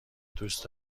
دوست